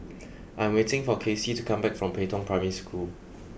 I am waiting for Casie to come back from Pei Tong Primary School